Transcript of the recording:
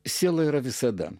siela yra visada